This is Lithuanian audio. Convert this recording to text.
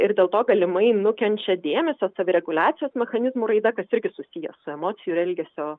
ir dėl to galimai nukenčia dėmesio savireguliacijos mechanizmų raida kas irgi susiję su emocijų elgesio